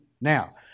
Now